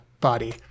body